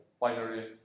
binary